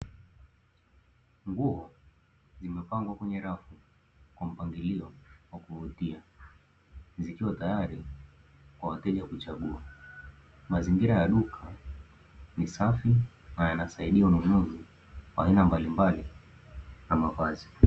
Nguo zimepangwa kwenye rafu kwa mpangilio wa kuvutia, zikiwa tayari kwa wateja kuchagua. Mazingira ya duka ni safi na yanasaidia manunuzi ya aina mbalimbali na mavazi.